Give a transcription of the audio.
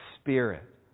spirit